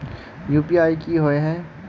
UPI की होय है?